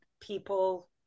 people